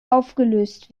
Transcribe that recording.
aufgelöst